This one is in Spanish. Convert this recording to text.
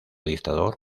dictador